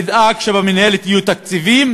ידאג שבמינהלת יהיו תקציבים